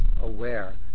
aware